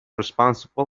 responsible